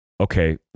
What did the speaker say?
okay